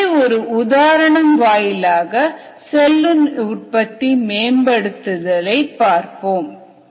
இதை ஒரு உதாரணம் வாயிலாக செல்லின் உற்பத்தி மேம்படுத்தலை பார்ப்போம்